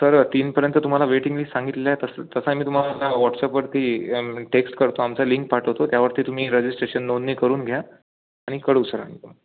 sir तीनपर्यंत तुम्हाला waiting list सांगितलेली आहे तसं तसाही मी तुम्हाला आता वॉट्सअपवरती टेक्श्ट करतो आमचा लिंक पाठवतो त्यावरती तुम्ही रजिश्ट्रेशन नोंदणी करून घ्या आणि कळवू सर आम्ही तुम्हाला